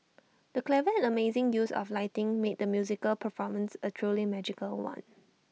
the clever and amazing use of lighting made the musical performance A truly magical one